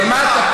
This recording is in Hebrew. מה אני אגיד לך,